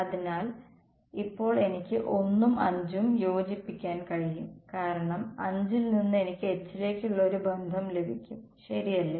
അതിനാൽ ഇപ്പോൾ എനിക്ക് 1 ഉം 5 ഉം യോജിപ്പിക്കാൻ കഴിയും കാരണം 5 ൽ നിന്ന് എനിക്ക് H ലേക്കുള്ള ഒരു ബന്ധം ലഭിക്കും ശരിയല്ലേ